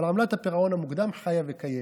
אבל עמלת הפירעון המוקדם חיה וקיימת.